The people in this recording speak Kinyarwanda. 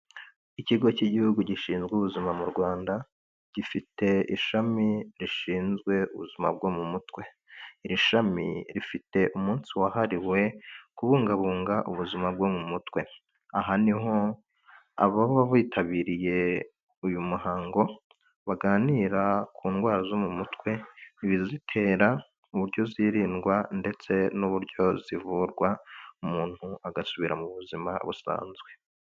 Ikigo cy'igihugu gishinzwe ubuzima mu Rwanda, gifite ishami rishinzwe ubuzima bwo mu mutwe. Iri shami rifite umunsi wahariwe kubungabunga ubuzima bwo mu mutwe. Aha ni ho ababa bitabiriye uyu muhango baganira ku ndwara zo mu mutwe, ibizitera, uburyo zirindwa ndetse n'uburyo zivurwa umuntu agasubira mu buzima busanzwe.